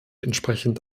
entsprechend